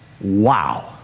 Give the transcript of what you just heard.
Wow